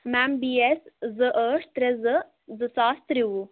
میم بی اٮ۪س زٕ ٲٹھ ترٛےٚ زٕ زٕ ساس تِرٛوُہ